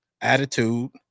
attitude